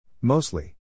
Mostly